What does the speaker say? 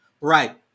right